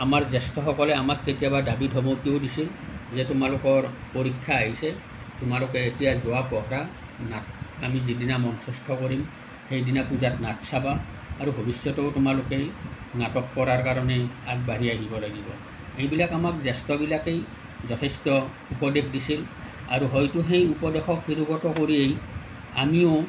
আমাৰ জ্যেষ্ঠসকলে আমাক কেতিয়াবা দাবী ধমকিওঁ দিছিল যে তোমালোকৰ পৰীক্ষা আহিছে তোমালোকে এতিয়া যোৱা পঢ়া নাট আমি যিদিনা মঞ্চস্থ কৰিম সেইদিনা পূজাত নাট চাবা আৰু ভৱিষ্যতেও তোমালোকে নাটক কৰাৰ কাৰণে আগবাঢ়ি আহিব লাগিব সেইবিলাক আমাক জ্যেষ্ঠবিলাকেই যথেষ্ট উপদেশ দিছিল আৰু হয়তো সেই উপদেশক শিৰোগত কৰিয়েই আমিওঁ